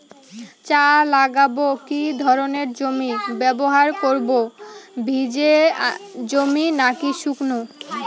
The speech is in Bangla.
চা লাগাবো কি ধরনের জমি ব্যবহার করব ভিজে জমি নাকি শুকনো?